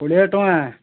କୋଡ଼ିଏ ଟଙ୍କା